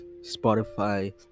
spotify